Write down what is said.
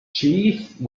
cheese